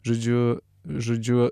žodžiu žodžiu